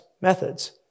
methods